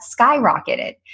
skyrocketed